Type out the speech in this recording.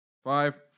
Five